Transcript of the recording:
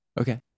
Okay